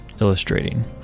illustrating